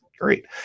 Great